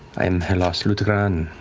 i am halas lutagran.